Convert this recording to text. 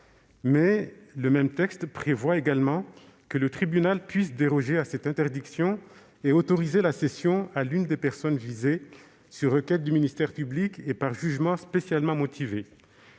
Le même texte prévoit également que le tribunal puisse déroger à cette interdiction et autoriser la cession à l'une des personnes visées sur requête du ministère public et par jugement spécialement motivé.